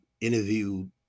interviewed